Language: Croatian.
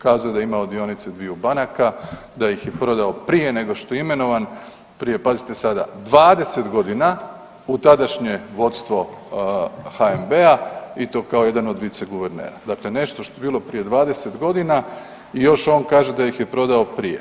Kazao je da je imao dionice dviju banaka da ih je prodao prije nego što je imenovan, prije pazite sada 20 godina u tadašnje vodstvo HNB-a i to kao jedan od viceguvernera, dakle nešto što je bilo prije 20 godina i još on kaže da ih je prodao prije.